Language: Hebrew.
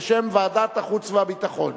בשם ועדת החוץ והביטחון.